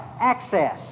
access